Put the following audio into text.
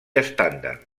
estàndard